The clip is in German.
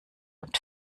und